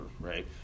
right